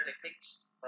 techniques